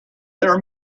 there